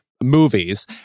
movies